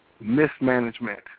mismanagement